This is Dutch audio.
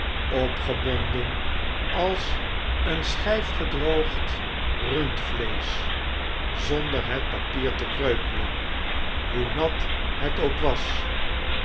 opgebonden als een schjf gedroogd rundvleesch zonder het papier te kreukelen hoe nat het ook was